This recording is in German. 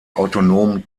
autonomen